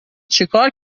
چیکار